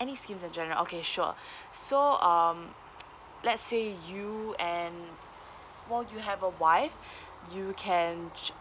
any schemes in general okay sure so um let's say you and while you have a wife you can ch~